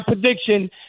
prediction